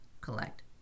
collect